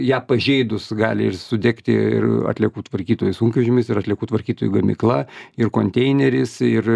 ją pažeidus gali ir sudegti ir atliekų tvarkytojo sunkvežimis ir atliekų tvarkytojų gamykla ir konteineris ir